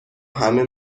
همه